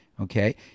Okay